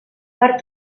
per